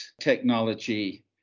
technology